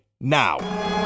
now